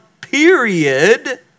period